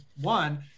one